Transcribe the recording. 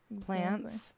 plants